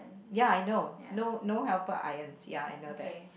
ya I know no no helper irons ya I know that